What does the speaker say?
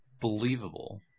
believable